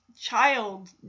child